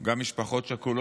גם עם משפחות שכולות,